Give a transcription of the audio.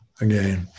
again